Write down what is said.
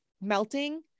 melting